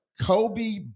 Kobe